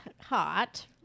hot